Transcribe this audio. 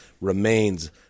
remains